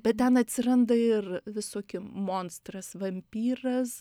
bet ten atsiranda ir visoki monstras vampyras